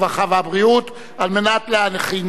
הרווחה והבריאות נתקבלה.